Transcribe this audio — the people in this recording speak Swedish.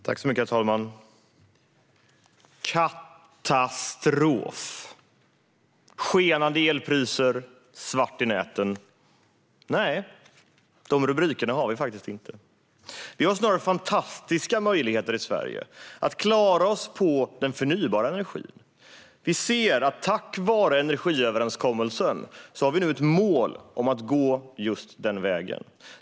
Herr talman! Katastrof! Skenande elpriser! Svart i näten! Nej, de rubrikerna har vi faktiskt inte. Vi i Sverige har snarare fantastiska möjligheter att klara oss på den förnybara energin. Vi ser att tack vare energiöverenskommelsen har vi nu ett mål om att gå just den vägen.